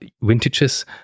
vintages